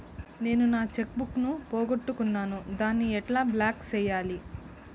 నేను నా cheque book ను పోగొట్టుకున్నాను దాన్ని ఎట్లా బ్లాక్ సేయాలి?